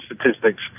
statistics